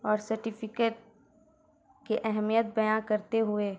اور سرٹیفکیٹ کی اہمیت بیاں کرتے ہوئے